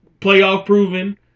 playoff-proven –